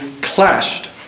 clashed